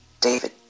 David